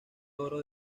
oro